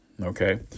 okay